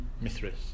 Mithras